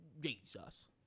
Jesus